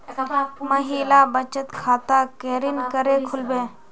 महिला बचत खाता केरीन करें खुलबे